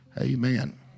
Amen